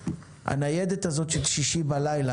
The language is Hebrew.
הוא לגבי הניידת של שישי בלילה,